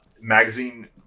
Magazine